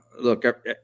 look